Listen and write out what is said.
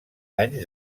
anys